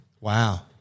Wow